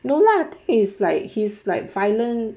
no lah he's like he's like violent